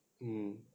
mm